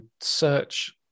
search